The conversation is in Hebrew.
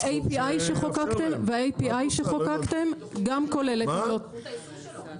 וה-API שחוקקתם, גם כולל את העמלות.